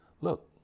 look